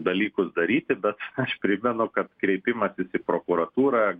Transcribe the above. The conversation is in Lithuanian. dalykus daryti bet aš primenu kad kreipimasis į prokuratūrą